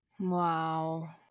Wow